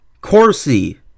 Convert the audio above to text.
Corsi